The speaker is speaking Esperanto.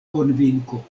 konvinko